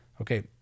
Okay